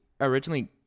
originally